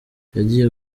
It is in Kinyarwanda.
yagiye